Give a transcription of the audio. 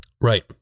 Right